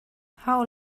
how